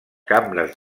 cambres